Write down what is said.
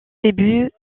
début